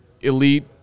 elite